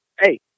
Hey